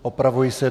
Opravuji se.